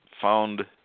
found